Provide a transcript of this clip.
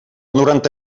noranta